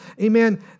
amen